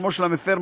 שמו של המפר,